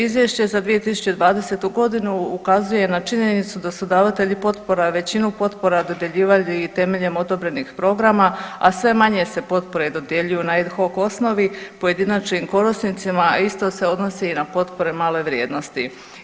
Izvješće za 2020. godinu ukazuje na činjenicu da su davatelji potpora većinu potpora dodjeljivali temeljem odobrenih programa a sve manje se potpore dodjeljuju na … osnovi pojedinačnim korisnicima isto se odnosi i na potpore male vrijednosti.